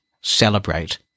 Celebrate